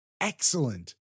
excellent